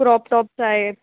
crop tops आहेत